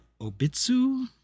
Obitsu